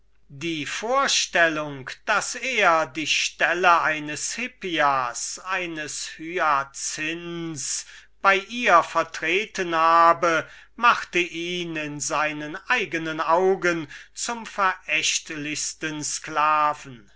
die vorstellung daß er die stelle eines hippias eines hyacinths bei ihr vertreten habe machte ihn in seinen eigenen augen zum verächtlichsten sklaven